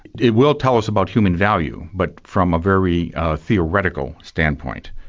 it will tell us about human value, but from a very theoretical standpoint,